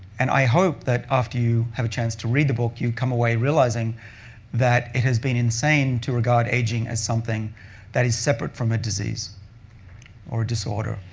and i hope that after you have a chance to read the book, you come away realizing that it has been insane to regard aging as something that is separate from a disease or a disorder.